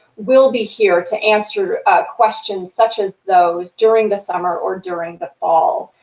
we'll be here to answer questions such as those during the summer or during the fall.